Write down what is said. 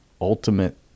ultimate